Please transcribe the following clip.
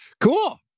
cool